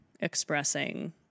expressing